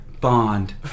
Bond